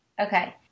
Okay